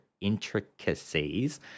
intricacies